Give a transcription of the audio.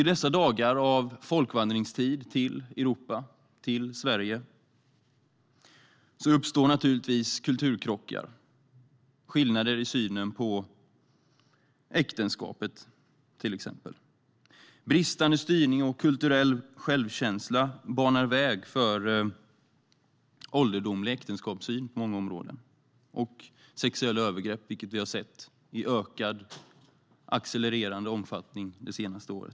I dessa dagar av folkvandring till Europa och Sverige uppstår naturligtvis kulturkrockar, till exempel på grund av skillnader i synen på äktenskapet. Bristande styrning och bristande kulturell självkänsla banar väg för en ålderdomlig äktenskapssyn och sexuella övergrepp, vilket vi har sett i accelererande omfattning det senaste året.